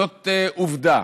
זאת עובדה.